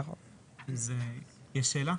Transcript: יש שאלה?